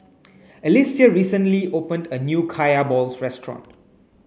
Alyssia recently opened a new Kaya Balls Restaurant